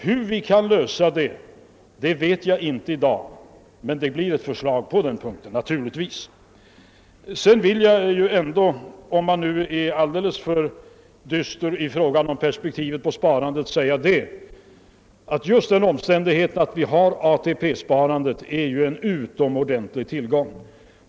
Hur vi skall lösa detta problem vet jag inte 1 dag, men det kommer naturligtvis att framläggas ett förslag på den punkten. Till dem som är dystra i fråga om perspektivet på sparandet vill jag säga att just ATP-sparandet är en utomordentlig tillgång.